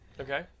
Okay